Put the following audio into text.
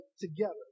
together